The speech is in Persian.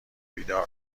بیدار